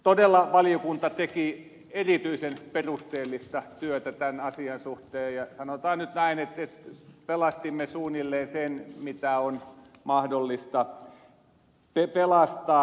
todella valiokunta teki erityisen perusteellista työtä tämän asian suhteen ja sanotaan nyt näin että pelastimme suunnilleen sen mitä on mahdollista pelastaa